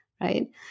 right